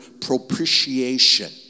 propitiation